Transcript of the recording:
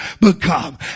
become